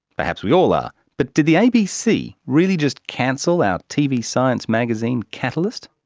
perhaps we all are. but did the abc really just cancel our tv science magazine catalyst?